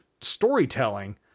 storytelling